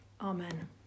Amen